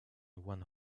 one